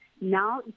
Now